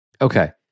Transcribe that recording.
Okay